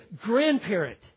grandparent